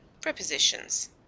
Prepositions